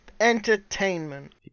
entertainment